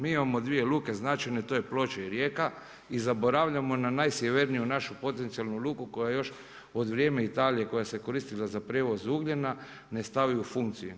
Mi imamo dvije luke značajne to je Ploče i Rijeka i zaboravljamo na najsjeverniju našu potencijalnu luku koja je još od vrijeme Italije koja se koristila za prijevoz ugljena ne stavi u funkciju.